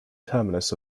terminus